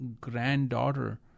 granddaughter